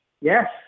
Yes